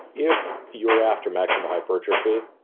if you're after maximal hypertrophy,